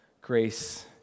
grace